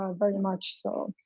um very much so.